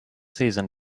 season